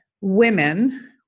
women